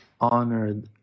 honored